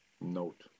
Note